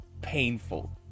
painful